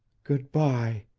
good-by,